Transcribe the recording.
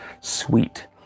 sweet